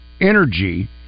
energy